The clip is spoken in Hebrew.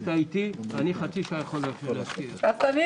14:50.